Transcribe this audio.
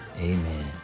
Amen